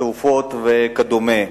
תרופות וכדומה.